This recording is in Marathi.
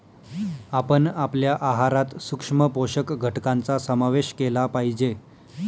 आपण आपल्या आहारात सूक्ष्म पोषक घटकांचा समावेश केला पाहिजे